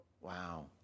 wow